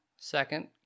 Second